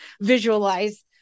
visualize